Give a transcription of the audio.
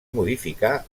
modificar